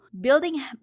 building